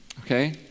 okay